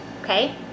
okay